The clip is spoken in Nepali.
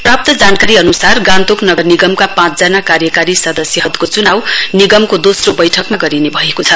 प्राप्त जानकारी अन्सार गान्तोक नगर निगमका पाँचजना कार्यकारी सदस्यहरुको पदको चुनाउ निगनको दोस्रो बैठकमा गरिने भएको छ